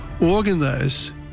organize